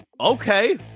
Okay